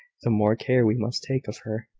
the more care we must take of her.